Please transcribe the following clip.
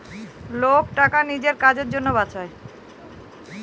লোক টাকা নিজের কাজের জন্য বাঁচায়